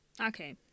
okay